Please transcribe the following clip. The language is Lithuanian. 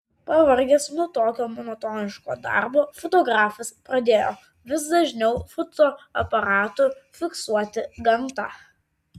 pavargęs nuo tokio monotoniško darbo fotografas pradėjo vis dažniau fotoaparatu fiksuoti gamtą